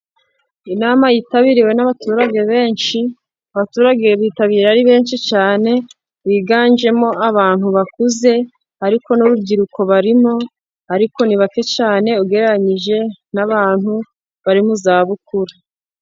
Inama yitabiriwe n' abaturage benshi; abaturage bitabira ari benshi cyane biganjemo abantu bakuze ariko n' urubyiruko barimo ariko nibake cyane ugereranyije n' abantu bari mu zabukuru.